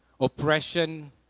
oppression